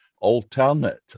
alternate